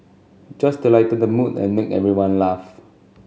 just to lighten the mood and make everyone laugh